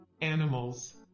Animals